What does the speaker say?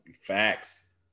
Facts